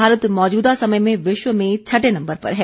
भारत मौजूदा समय में विश्व में छठे नम्बर पर है